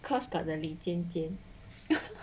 cause got the 李尖尖